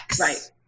Right